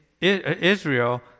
Israel